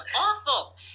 awful